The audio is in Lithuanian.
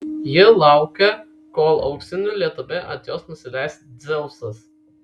ji laukia kol auksiniu lietumi ant jos nusileis dzeusas